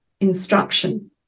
instruction